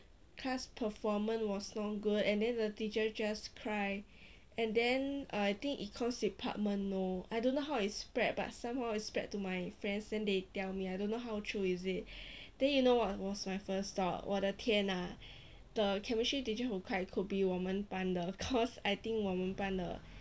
class performance was not good and then the teacher just cry and then I think cause department know I don't know how it spread but somehow it spread to my friends then they tell me I don't know how true is it then you know what was my first thought 我的天 ah the chemistry teacher who cried could be 我们班的 cause I think 我们班的